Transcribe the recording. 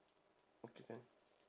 okay can